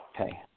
Okay